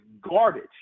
garbage